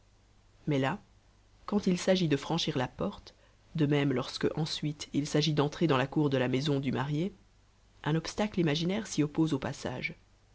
mais là quand il s'agit de franchir la porte de même lorsque ensuite il s'agit d'entrer dans la cour de la maison du marié un obstacle imaginaire si oppose au passage